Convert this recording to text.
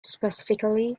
specifically